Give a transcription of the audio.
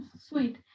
Sweet